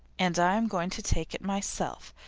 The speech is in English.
and i am going to take it myself,